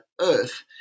earth